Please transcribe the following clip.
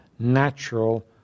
natural